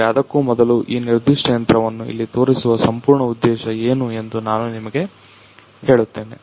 ಆದರೆ ಅದಕ್ಕೂ ಮೊದಲು ಈ ನಿರ್ದಿಷ್ಟ ಯಂತ್ರವನ್ನು ಇಲ್ಲಿ ತೋರಿಸುವ ಸಂಪೂರ್ಣ ಉದ್ದೇಶ ಏನು ಎಂದು ನಾನು ನಿಮಗೆ ಹೇಳುತ್ತೇನೆ